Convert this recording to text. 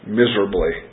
miserably